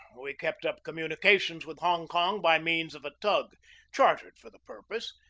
we kept up communication with hong kong by means of a tug chartered for the purpose,